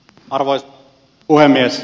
arvoisa puhemies